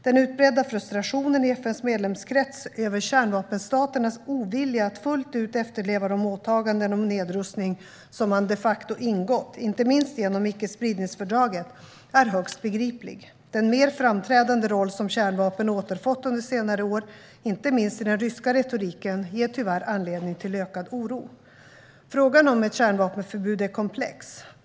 Den utbredda frustrationen i FN:s medlemskrets över kärnvapenstaternas ovilja att fullt ut efterleva de åtaganden om nedrustning som man de facto ingått, inte minst genom icke-spridningsfördraget, är högst begriplig. Den mer framträdande roll som kärnvapen återfått under senare år, inte minst i den ryska retoriken, ger tyvärr anledning till ökad oro. Frågan om ett kärnvapenförbud är komplex.